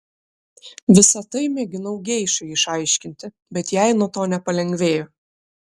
visa tai mėginau geišai išaiškinti bet jai nuo to nepalengvėjo